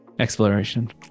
Exploration